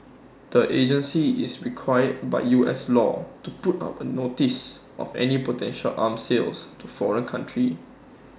the agency is required by U S law to put up A notice of any potential arm sales to foreign countries